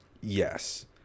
Yes